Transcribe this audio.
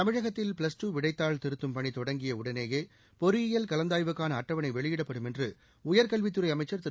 தமிழகத்தில் plus two விடைத்தாள் திருத்தும் பணி தொடங்கிய உடனேயே பொறியியல் கலந்தாய்வுக்கான அட்டவணை வெளியிடப்படும் என்று உயர்க்கல்வித்துறை அமைச்சர் திரு